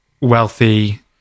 wealthy